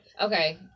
Okay